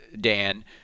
Dan